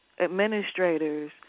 administrators